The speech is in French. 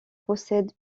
possède